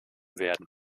werden